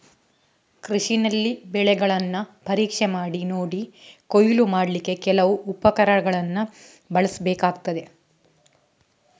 ಕೃಷಿನಲ್ಲಿ ಬೆಳೆಗಳನ್ನ ಪರೀಕ್ಷೆ ಮಾಡಿ ನೋಡಿ ಕೊಯ್ಲು ಮಾಡ್ಲಿಕ್ಕೆ ಕೆಲವು ಉಪಕರಣಗಳನ್ನ ಬಳಸ್ಬೇಕಾಗ್ತದೆ